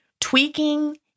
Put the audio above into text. tweaking